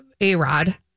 A-Rod